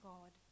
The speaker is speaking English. God